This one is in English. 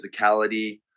physicality